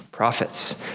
prophets